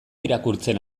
irakurtzen